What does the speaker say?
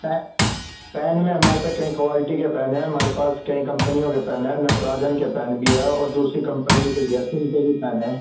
پیں pen میں ہمارے پاس کئی کوالٹی کے پین ہیں ہمارے پاس کئی کمپنیوں کے پین ہیں نٹراجن کے پین بھی ہے اور دوسری کمپنی گیسن کے بھی پین ہیں